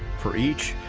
for each,